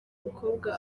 umukobwa